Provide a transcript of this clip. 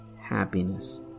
happiness